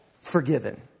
forgiven